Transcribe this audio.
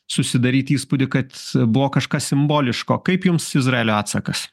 susidaryti įspūdį kad buvo kažkas simboliško kaip jums izraelio atsakas